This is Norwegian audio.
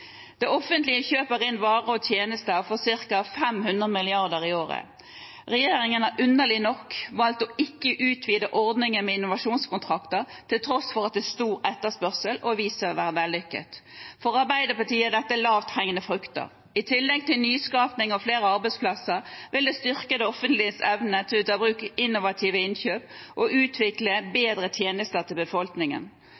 Det offentlige kjøper inn varer og tjenester for ca. 500 mrd. kr i året. Regjeringen har underlig nok valgt å ikke utvide ordningen med innovasjonskontrakter til tross for at det er stor etterspørsel og viser seg å være vellykket. For Arbeiderpartiet er dette lavt hengende frukter. I tillegg til nyskaping og flere arbeidsplasser vil det styrke det offentliges evne til å ta i bruk innovative innkjøp og utvikle